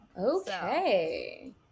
Okay